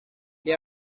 they